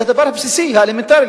זה הדבר הבסיסי, האלמנטרי.